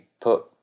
put